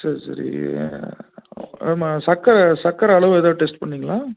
சரி சரி நம்ம சர்க்கர சர்க்கர அளவு ஏதாவது டெஸ்ட் பண்ணிங்களா